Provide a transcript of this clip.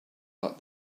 that